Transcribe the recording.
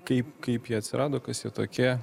kaip kaip jie atsirado kas jie tokie